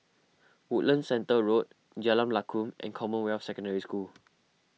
Woodlands Centre Road Jalan Lakum and Commonwealth Secondary School